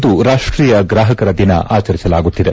ಇಂದು ರಾಷ್ವೀಯ ಗ್ರಾಹಕರ ದಿನ ಆಚರಿಸಲಾಗುತ್ತಿದೆ